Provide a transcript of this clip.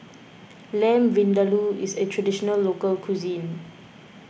Lamb Vindaloo is a Traditional Local Cuisine